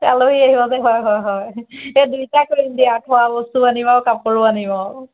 আলহী আহিব যে হয় হয় হয় সেই দুয়োটা কৰিম দিয়া খোৱা বস্তুও আনিম আৰু কাপোৰো আনিম অ